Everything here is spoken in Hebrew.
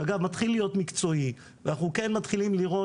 שאגב מתחיל להיות מקצועי ואנחנו כן מתחילים לראות